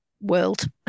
world